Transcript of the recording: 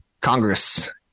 Congress